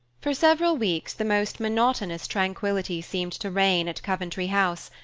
for several weeks the most monotonous tranquillity seemed to reign at coventry house,